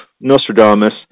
Nostradamus